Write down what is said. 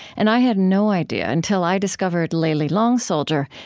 and i had no idea, until i discovered layli long soldier,